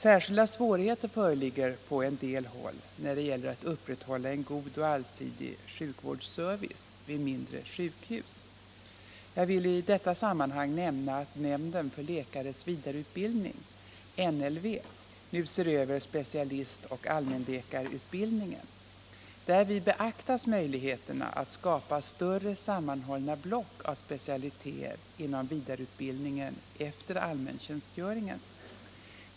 Särskilda svårigheter föreligger på en del håll när det gäller att upprätthålla en god och allsidig sjukvårdsservice vid mindre sjukhus. Jag vill i detta sammanhang nämna att nämnden för läkares vidareutbildning nu ser över specialistoch allmänläkarutbildningen. Därvid beaktas möjligheterna att skapa större sammanhållna block av specialiteter inom vidareutbildningen efter allmäntjänstgöringen.